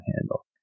handle